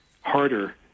harder